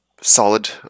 solid